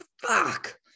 Fuck